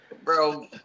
bro